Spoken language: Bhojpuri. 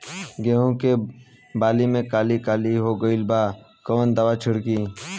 गेहूं के बाली में काली काली हो गइल बा कवन दावा छिड़कि?